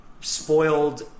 spoiled